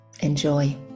Enjoy